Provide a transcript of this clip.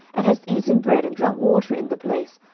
and hast eaten bread and drunk water in the place,